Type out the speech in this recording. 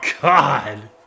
God